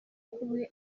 kumwe